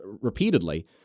repeatedly